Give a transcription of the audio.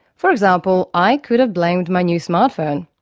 for example, i could have blamed my new smartphone.